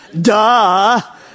Duh